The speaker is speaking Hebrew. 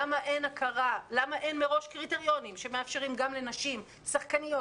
למה אין מראש קריטריונים שמאפשרים גם לשחקניות